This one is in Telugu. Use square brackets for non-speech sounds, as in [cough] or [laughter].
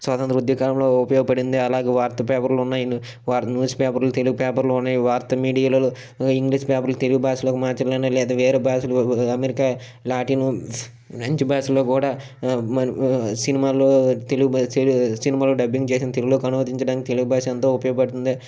స్వాతంత్ర ఉద్యకాలంలో ఉపయోగపడింది అలాగే వార్త పేపర్లు ఉన్నాయి న్యూస్ పేపర్లు తెలుగు పేపర్లోనే వార్త మీడియాలో ఇంగ్లీష్ పేపర్లు తెలుగు భాషలో మార్చాలని లేదా వేరే భాషలో అమెరికా లాటిన్ ఫ్రెంచ్ భాషలో కూడా [unintelligible] మన సినిమాలు తెలుగు భాష సినిమాలు డబ్బింగ్ చేసి తెలుగులోకి అనువదించడానికి తెలుగు భాష ఎంతో ఉపయోగపడుతుంది